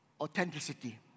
authenticity